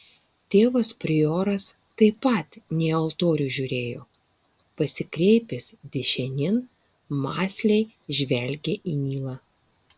tėvas prioras taip pat ne į altorių žiūrėjo pasikreipęs dešinėn mąsliai žvelgė į nilą